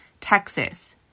Texas